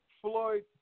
Floyd